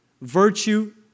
Virtue